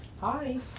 Hi